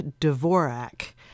Dvorak